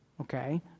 Okay